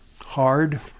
hard